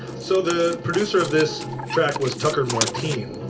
so the producer of this track was tucker martine.